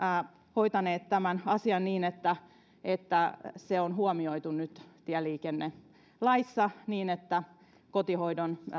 hoitanut tämän asian niin että se on huomioitu nyt tieliikennelaissa niin että kotihoidon